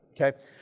Okay